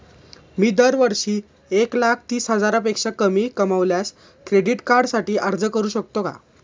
मी दरवर्षी एक लाख तीस हजारापेक्षा कमी कमावल्यास क्रेडिट कार्डसाठी अर्ज करू शकतो का?